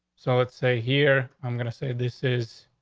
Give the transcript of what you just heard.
so let's say here, i'm gonna say, this is,